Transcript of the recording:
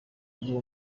igihe